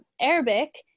arabic